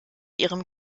ihrem